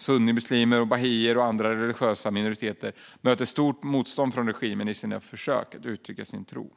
Sunnimuslimer, bahaier och andra religiösa minoriteter möter stort motstånd från regimen i sina försök att uttrycka sin tro.